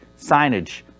signage